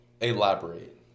Elaborate